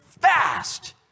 fast